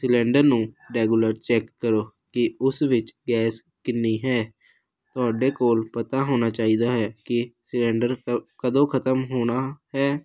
cylinder ਨੂੰ regular check ਕਰੋ ਕਿ ਉਸ ਵਿੱਚ ਗੈਸ ਕਿੰਨੀ ਹੈ ਤੁਹਾਡੇ ਕੋਲ ਪਤਾ ਹੋਣਾ ਚਾਹੀਦਾ ਹੈ ਕਿ ਸਿਲੰਡਰ ਕਦੋਂ ਖ਼ਤਮ ਹੋਣਾ ਹੈ